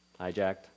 hijacked